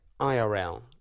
IRL